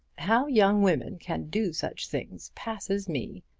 how young women can do such things passes me!